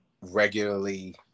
regularly